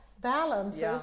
balances